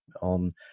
on